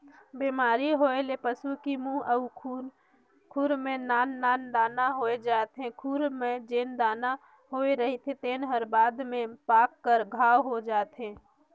बेमारी होए ले पसू की मूंह अउ खूर में नान नान दाना होय जाथे, खूर म जेन दाना होए रहिथे तेन हर बाद में पाक कर घांव हो जाथे